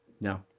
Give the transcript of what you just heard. No